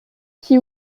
qui